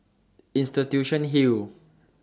Institution Hill